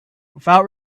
without